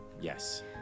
Yes